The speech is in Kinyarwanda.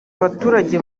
baturage